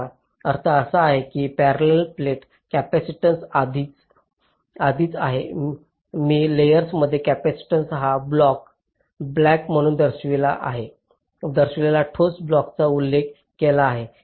याचाच अर्थ असा आहे की पॅरेलाल प्लेट कॅपेसिटन्स आधीच आहे मी मी लेयर्सांमध्ये कॅपेसिटन्स हा ब्लॉक ब्लॅक म्हणून दर्शविलेला ठोस ब्लॉकचा उल्लेख केला आहे